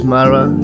Mara